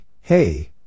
hey